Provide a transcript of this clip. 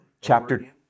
Chapter